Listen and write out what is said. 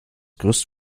gerüst